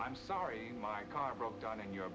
i'm sorry my car broke down and you